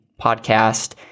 podcast